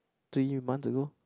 two you month ago